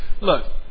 Look